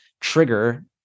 trigger